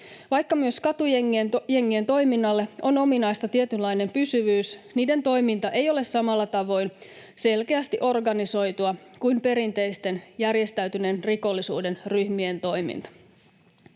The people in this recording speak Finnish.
Vaikka myös katujengien toiminnalle on ominaista tietynlainen pysyvyys, niiden toiminta ei ole samalla tavoin selkeästi organisoitua kuin perinteisten järjestäytyneen rikollisuuden ryhmien toiminta.